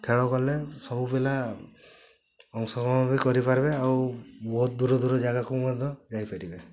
ଖେଳ କଲେ ସବୁ ପିଲା ଅଂଶ ଗ୍ରହଣ ବି କରି ପାରିବେ ଆଉ ବହୁତ ଦୂର ଦୂର ଜାଗାକୁ ମଧ୍ୟ ଯାଇ ପାରିବେ